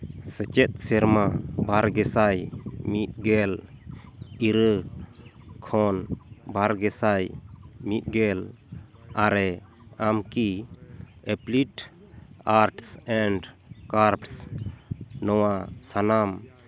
ᱥᱮᱪᱮᱫ ᱥᱮᱨᱢᱟ ᱵᱟᱨ ᱜᱮ ᱥᱟᱭ ᱢᱤᱫ ᱜᱮᱞ ᱤᱨᱟᱹᱞ ᱠᱷᱚᱱ ᱵᱟᱨ ᱜᱮ ᱥᱟᱭ ᱢᱤᱫ ᱜᱮᱞ ᱟᱨᱮ ᱟᱢ ᱠᱤ ᱮᱯᱞᱟᱭᱤᱴ ᱟᱨᱴᱥ ᱮᱱᱰ ᱠᱟᱨᱵᱥ ᱱᱚᱣᱟ ᱥᱟᱱᱟᱢ